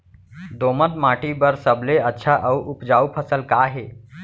दोमट माटी बर सबले अच्छा अऊ उपजाऊ फसल का हे?